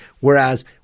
Whereas